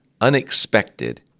unexpected